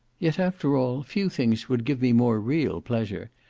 yet, after all, few things would give me more real pleasure,